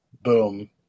boom